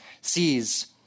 sees